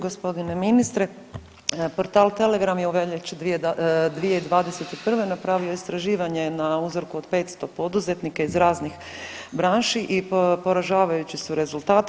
Gospodine ministre portal Telegram je u veljači 2021. napravio istraživanje na uzorku od 500 poduzetnika iz raznih branši i poražavajući su rezultati.